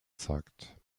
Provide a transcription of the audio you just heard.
zeugt